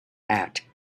hat